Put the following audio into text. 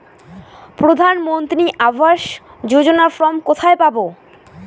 প্রধান মন্ত্রী আবাস যোজনার ফর্ম কোথায় পাব?